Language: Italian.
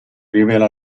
rivela